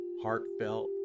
heartfelt